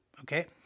okay